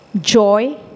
joy